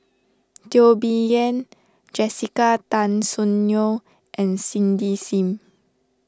Teo Bee Yen Jessica Tan Soon Neo and Cindy Sim